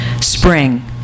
Spring